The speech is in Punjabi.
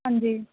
ਹਾਂਜੀ